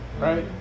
Right